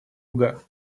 юга